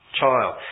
child